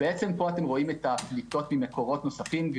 פה אתם רואים את הפליטות ממקורות נוספים,